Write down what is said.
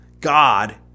God